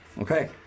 Okay